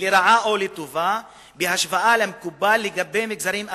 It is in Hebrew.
לרעה או לטובה בהשוואה למקובל לגבי מגזרים אחרים.